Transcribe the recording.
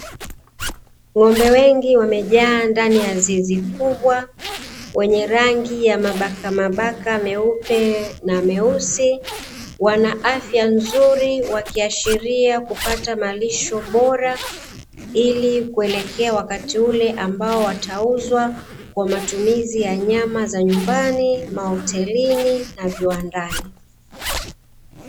Ngombe wengi wamejaa ndani ya zizi kubwa, wenye rangi ya mabakamabaka meupe na meusi, wana afya nzuri wakiashiria kupata malisho bora, ili kuelekea wakati ule ambao watauzwa kwa matumizi ya nyama za nyumbani, mahotelini na viwandani.